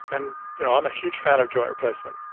and you know i'm a huge fan of joint replacement,